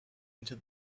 into